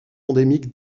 endémique